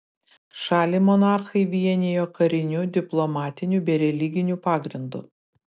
šalį monarchai vienijo kariniu diplomatiniu bei religiniu pagrindu